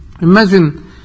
Imagine